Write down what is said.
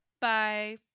Bye